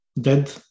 dead